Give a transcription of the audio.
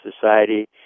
Society